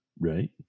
Right